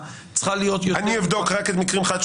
צריכה להיות יותר --- אני אבדוק רק את המקרים אחד,